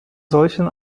solchen